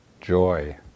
joy